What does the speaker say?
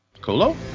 colo